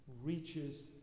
reaches